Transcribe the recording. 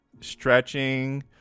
stretching